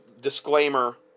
disclaimer